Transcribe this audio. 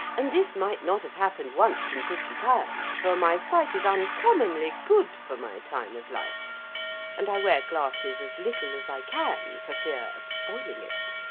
and this might not have happened once in fifty times, for my sight is uncommonly good for my time of life and i wear glasses as little as i can, for fear of spoiling it.